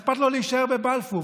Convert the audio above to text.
אכפת לו להישאר בבלפור,